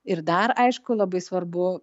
ir dar aišku labai svarbu